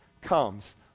comes